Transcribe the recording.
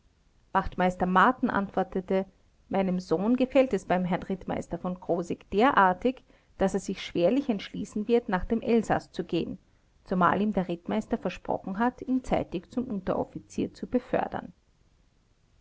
wachtmeister marten antwortete meinem sohn gefällt es beim herrn rittmeister v krosigk derartig daß er sich schwerlich entschließen wird nach dem elsaß zu gehen zumal ihm der rittmeister versprochen hat ihn zeitig zum unteroffizier zu befördern